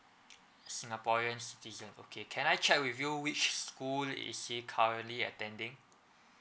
singaporean citizen okay can I check with you which school is he currently attending